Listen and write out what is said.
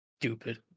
Stupid